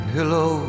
Hello